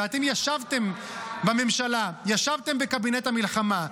ואתם ישבתם בממשלה, ישבתם בקבינט המלחמה.